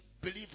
Believe